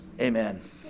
Amen